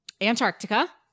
Antarctica